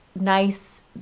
nice